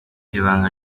ibanga